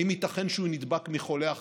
האם ייתכן שהוא נדבק מחולה אחר?